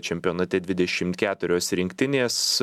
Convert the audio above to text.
čempionate dvidešim keturios rinktinės